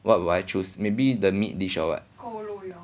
what would I choose maybe the meat dish or what